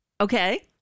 Okay